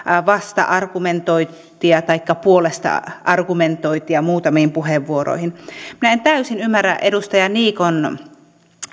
vasta argumentointia taikka puolesta argumentointia muutamiin puheenvuoroihin minä en täysin ymmärrä edustaja niikon